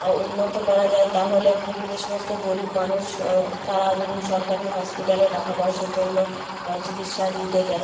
ও উন্নত করা যায় তাহলে যে সমস্ত গরিব মানুষ তারা ধরুন সরকারি হসপিটালে টাকা পয়সার জন্য চিকিৎসা নিতে যায়